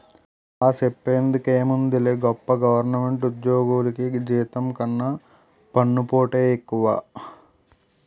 ఆ, సెప్పేందుకేముందిలే గొప్ప గవరమెంటు ఉజ్జోగులికి జీతం కన్నా పన్నుపోటే ఎక్కువ